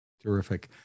Terrific